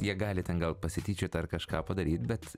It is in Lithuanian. jie gali ten gal pasityčiot ar kažką padaryt bet